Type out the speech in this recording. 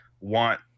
want